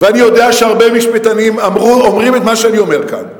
ואני יודע שהרבה משפטנים אומרים את מה שאני אומר כאן,